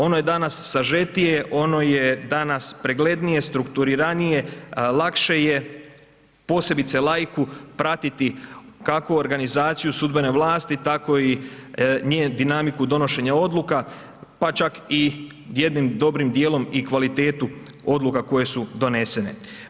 Ono je danas sažetije, ono je danas preglednije, strukturiranije, lakše je, posebice laiku pratiti kako organizaciju sudbene vlasti tako i njenu dinamiku donošenja odluka pa čak i jednim dobrim dijelom i kvalitetu odluka koje su donesene.